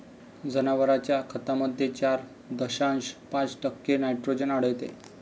जनावरांच्या खतामध्ये चार दशांश पाच टक्के नायट्रोजन आढळतो